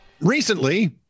Recently